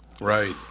Right